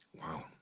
Wow